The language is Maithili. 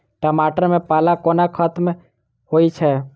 टमाटर मे पाला कोना खत्म होइ छै?